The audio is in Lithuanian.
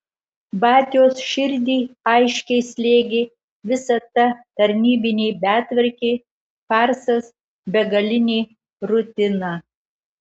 batios širdį aiškiai slėgė visa ta tarnybinė betvarkė farsas begalinė rutina